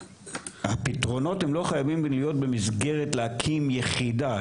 הפתרונות הם לא חייבים להיות במסגרת להקים יחידה.